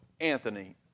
Anthony